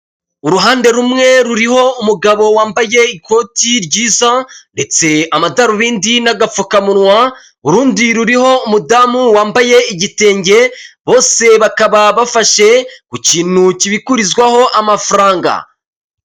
Uruhande rumwe ruriho umugabo wambaye ikoti ryiza ndetse amadarubindi n'agapfukamunwa urundi ruriho umudamu wambaye igitenge bose bakaba bafashe ku kintu kibikurizwaho amafaranga.